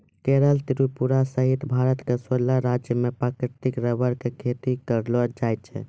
केरल त्रिपुरा सहित भारत के सोलह राज्य मॅ प्राकृतिक रबर के खेती करलो जाय छै